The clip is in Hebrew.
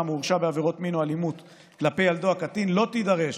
או הורשע בעבירת מין או אלימות כלפי ילדו הקטין לא תידרש